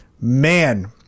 man